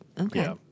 okay